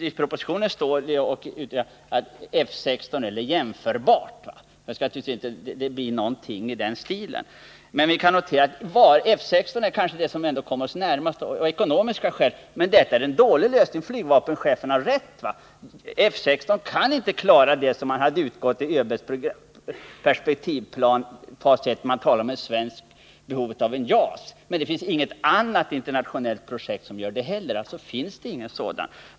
I propositionen talas det emellertid om F 16 eller jämförbart plan. Det skall alltså bli någonting i den stilen. F 16 är det plan som av ekonomiska skäl kommer oss närmast. Men detta är ändå i vissa avseenden en dålig lösning. Flygvapenchefen har rätt när han säger att F 16 inte kan klara allt det som man utgick ifrån i ÖB:s perspektivplan när man talar om behovet av en JAS. Men det finns heller inget annat internationellt plan som klarar detta.